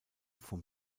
vom